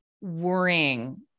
worrying